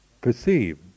perceive